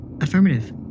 Affirmative